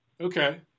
Okay